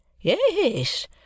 Yes